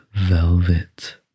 velvet